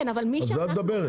על זה את מדברת?